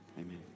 Amen